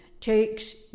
takes